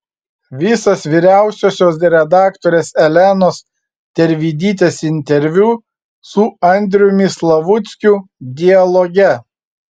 visas vyriausiosios redaktorės elenos tervidytės interviu su andriumi slavuckiu dialoge